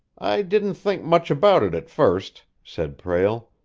i didn't think much about it at first, said prale.